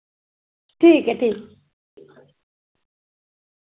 ठीक ऐ ठीक